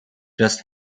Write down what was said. just